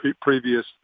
previous